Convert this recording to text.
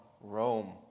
Rome